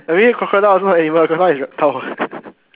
I mean crocodile also not animal crocodile is reptile what